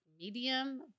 medium